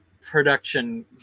production